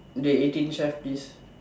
dey eighteen chef please